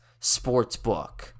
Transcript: Sportsbook